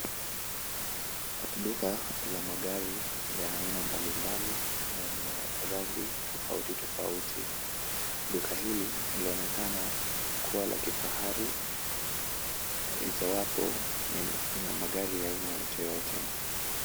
Duka la magari ya aina mbalimbali na yenye rangi tofauti tofauti. Duka hili linaonekana kuwa la kifahari, ijawapo ina magari ya aina yoteyote.